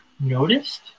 noticed